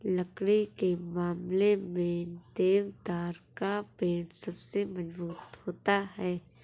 लकड़ी के मामले में देवदार का पेड़ सबसे मज़बूत होता है